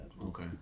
Okay